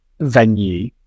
venue